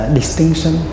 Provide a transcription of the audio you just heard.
distinction